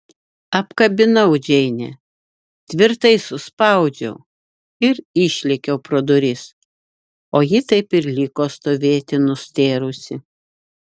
apkabinau džeinę tvirtai suspaudžiau ir išlėkiau pro duris o ji taip ir liko stovėti nustėrusi